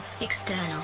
external